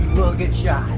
get shot.